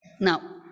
now